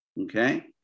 Okay